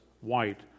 white